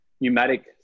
pneumatic